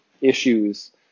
issues